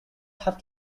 have